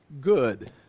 good